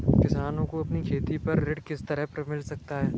किसानों को अपनी खेती पर ऋण किस तरह मिल सकता है?